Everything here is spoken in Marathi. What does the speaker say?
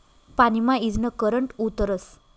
पानी मा ईजनं करंट उतरस